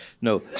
No